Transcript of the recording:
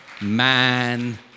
man